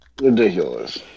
ridiculous